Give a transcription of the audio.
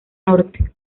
norte